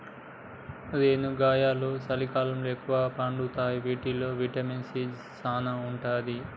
రేనుగాయలు సలికాలంలో ఎక్కుగా పండుతాయి వీటిల్లో విటమిన్ సీ సానా ఉంటది